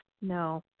No